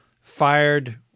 fired